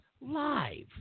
live